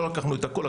לא לקחנו את הכל,